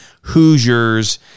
Hoosiers